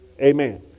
Amen